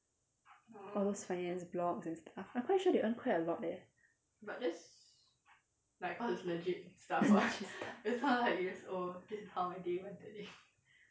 all those finance blogs and stuff I'm quite sure they earn quite a lot leh